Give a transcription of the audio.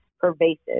pervasive